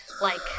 like-